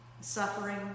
suffering